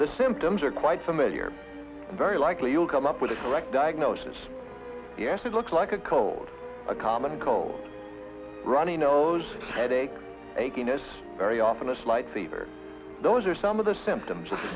the symptoms are quite familiar very likely you'll come up with a correct diagnosis yes it looks like a cold a common cold runny nose headache a guinness very often a slight fever those are some of the symptoms of